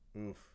Oof